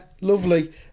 lovely